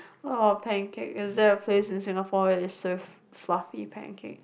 what about pancake is there a place in Singapore they serve sloppy pancake